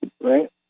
right